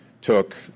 took